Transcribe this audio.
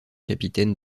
capitaine